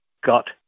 got